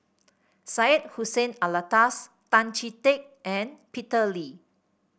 Syed Hussein Alatas Tan Chee Teck and Peter Lee